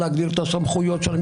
להגדיר את הסמכויות שלהן,